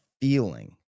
feeling